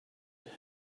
get